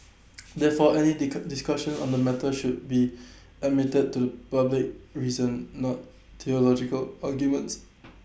therefore any discussions on the matter should be admitted to public reason not theological arguments